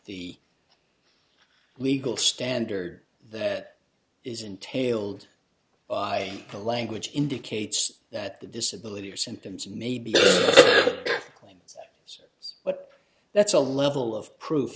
the legal standard that is entailed by the language indicates that the disability or symptoms may be clinton's but that's a level of proof